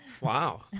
Wow